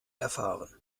erfahren